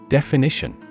Definition